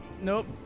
Nope